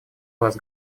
вас